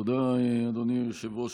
תודה, אדוני היושב-ראש.